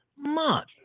month